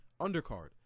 undercard